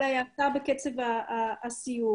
על ההאטה בקצב הסיור.